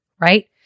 right